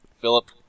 Philip